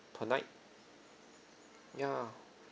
per night ya